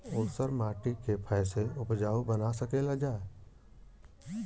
ऊसर माटी के फैसे उपजाऊ बना सकेला जा?